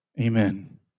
Amen